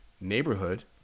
neighborhood